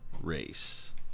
race